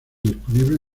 disponible